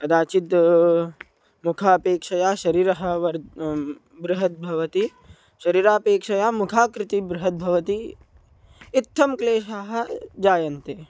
कदाचिद् मुखापेक्षया शरीरं वर् बृहद्भवति शरीरापेक्षया मुखाकृतिः बृहद्भवति इत्थं क्लेशाः जायन्ते